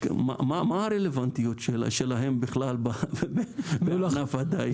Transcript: ספורטיבי, מה הרלוונטיות שלהם בכלל לענף הדיג?